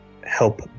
help